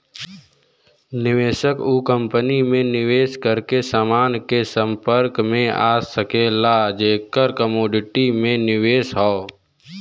निवेशक उ कंपनी में निवेश करके समान के संपर्क में आ सकला जेकर कमोडिटी में निवेश हौ